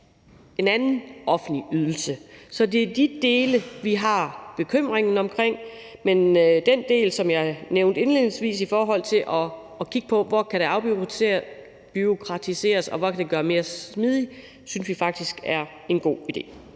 en anden offentlig ydelse. Så det er de dele, vi har bekymringen om. Men den del, som jeg nævnte indledningsvis, i forhold til at kigge på, hvor det kan afbureaukratiseres, og hvor det kan gøres mere smidigt, synes vi faktisk er en god idé.